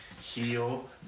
heal